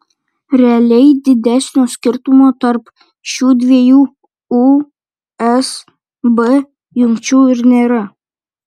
realiai didesnio skirtumo tarp šių dviejų usb jungčių ir nėra